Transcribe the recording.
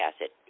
acid